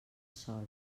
sòl